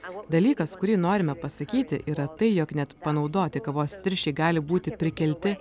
dalykas kurį norime pasakyti yra tai jog net panaudoti kavos tirščiai gali būti prikelti